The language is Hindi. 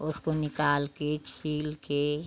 उसको निकाल कर छील कर